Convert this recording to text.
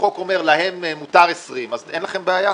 החוק אומר שלהם מותר 20 אז אין לכם בעיה?